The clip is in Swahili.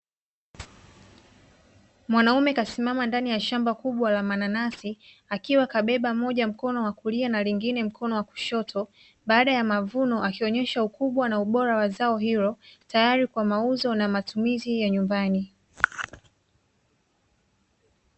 Mwanaume kasimama ndani ya shamba kubwa la mananasi, akiwa kabeba moja mkono wa kulia na lengine mkono wa kushoto, baada ya mavuno akionyesha ukubwa na ubora wa zao hilo na tayari kwa mauzo na matumizi ya nyumbani.